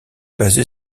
basé